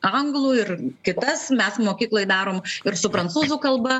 anglų ir kitas mes mokykloj darom ir su prancūzų kalba